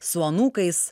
su anūkais